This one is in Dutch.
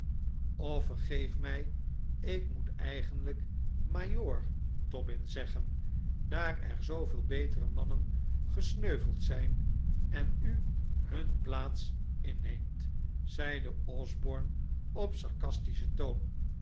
vergeef mij ik moet eigenlijk majoor dobbin zeggen daar er zooveel betere mannen gesneuveld zijn en u hun plaats inneemt zeide osborne op sarcastischen toon